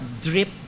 drip